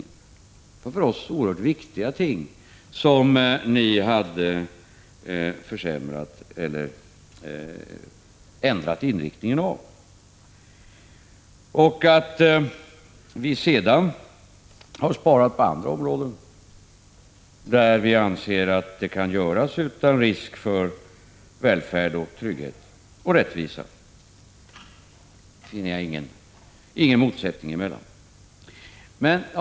Det var för oss oerhört viktiga ting, som ni hade försämrat eller ändrat inriktningen av. Jag finner ingen motsättning mellan de åtgärder som vi vidtog och det förhållandet att vi sedan har sparat på andra områden, där vi anser att det kan göras utan risk för välfärd, trygghet och rättvisa.